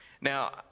Now